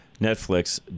Netflix